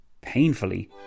painfully